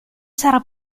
sarà